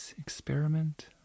experiment